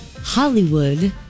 Hollywood